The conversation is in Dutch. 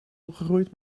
opgegroeid